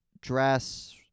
dress